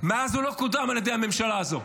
מאז הוא לא קודם על ידי הממשלה הזו.